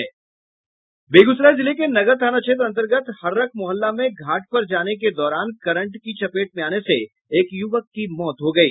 बेगूसराय जिले के नगर थाना क्षेत्र अंतर्गत हर्रख मोहल्ला में घाट पर जाने के दौरान करंट की चपेट में आने से एक युवक की मौत हो गयी